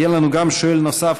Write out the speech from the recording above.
יהיה לנו גם שואל נוסף,